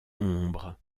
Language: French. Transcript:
ombre